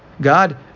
God